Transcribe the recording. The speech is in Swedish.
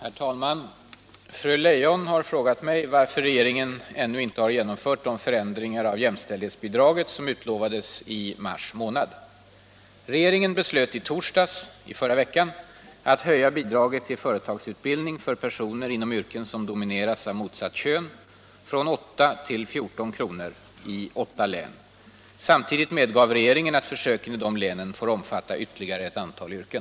Herr talman! Fru Leijon har frågat mig varför regeringen ännu inte har genomfört de förändringar av jämställdhetsbidraget som utlovades redan i mars månad. Regeringen beslöt i torsdags att höja bidraget till företagsutbildning för personer inom yrken som domineras av motsatt kön från 8 till 14 kr. i åtta län. Samtidigt medgav regeringen att försöken i dessa län får omfatta ytterligare ett antal yrken.